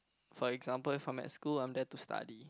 for example if I'm at school I'm there to study